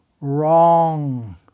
wrong